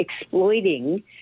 exploiting